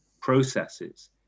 processes